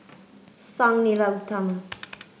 Sang Nila Utama